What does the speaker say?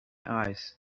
eyes